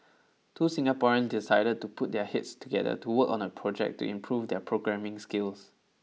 two Singaporeans decided to put their heads together to work on a project to improve their programming skills